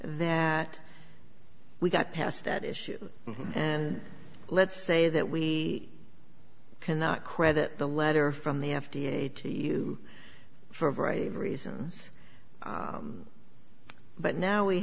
that we got past that issue and let's say that we cannot credit the letter from the f d a to you for a variety of reasons but now we